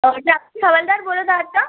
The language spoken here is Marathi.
ट्राफिक हवालदार बोलत आहात का